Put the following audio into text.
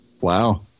Wow